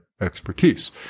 expertise